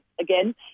again